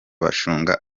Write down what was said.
bashunga